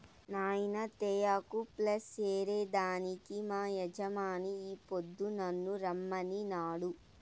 నాయినా తేయాకు ప్లస్ ఏరే దానికి మా యజమాని ఈ పొద్దు నన్ను రమ్మనినాడు